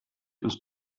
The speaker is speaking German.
ist